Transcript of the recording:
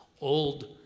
old